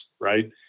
Right